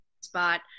spot